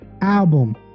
album